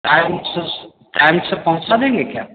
time से स time से पहुँचा देंगे क्या